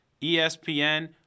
ESPN